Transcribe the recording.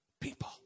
people